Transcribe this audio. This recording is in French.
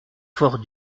fort